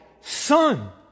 son